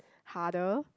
harder